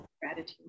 gratitude